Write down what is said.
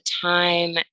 time